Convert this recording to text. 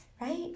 right